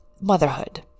motherhood